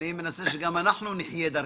אני מנסה שגם אנחנו, המשקיעים, נחיה דרככם.